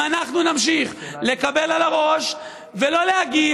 אם אנחנו נמשיך לקבל על הראש ולא להגיב,